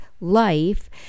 life